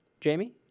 Jamie